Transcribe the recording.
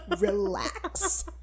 relax